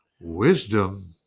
Wisdom